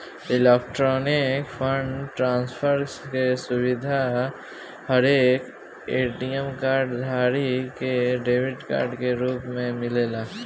electronic fund transfer के सुविधा हरेक ए.टी.एम कार्ड धारी के डेबिट कार्ड के रूप में मिलेला